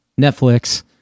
Netflix